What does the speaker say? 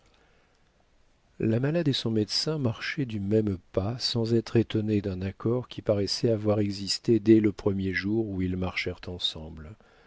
la malade et son médecin marchaient du même pas sans être étonnés d'un accord qui paraissait avoir existé dès le premier jour où ils marchèrent ensemble